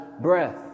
breath